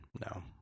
No